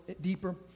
deeper